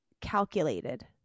calculated